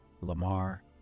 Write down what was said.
Lamar